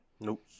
Nope